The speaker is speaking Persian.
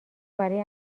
برای